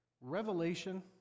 Revelation